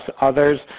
others